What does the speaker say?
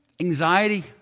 Anxiety